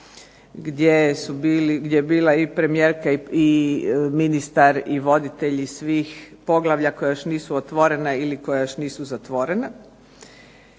gdje je bila i premijerka i ministar i voditelji svih poglavlja koja još nisu otvorena ili koja još nisu zatvorena.